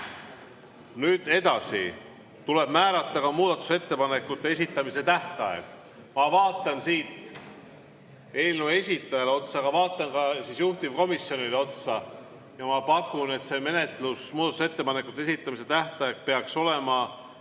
Edasi tuleb määrata muudatusettepanekute esitamise tähtaeg. Ma vaatan eelnõu esitajale otsa, aga vaatan ka juhtivkomisjonile otsa ja ma pakun, et muudatusettepanekute esitamise tähtaeg peaks olema